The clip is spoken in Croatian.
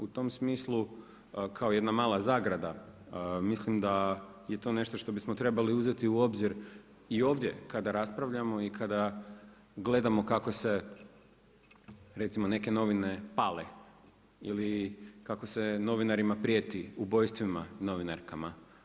U tom smislu kao jedna mala zagrada, mislim da je to nešto što bismo trebali uzeti u obzir i ovdje kada raspravljamo i kada gledamo kako se recimo neke nove pale ili kako se novinarima prijeti ubojstvima novinarkama.